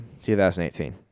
2018